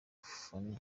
phanny